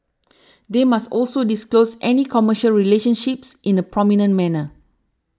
they must also disclose any commercial relationships in a prominent manner